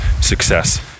success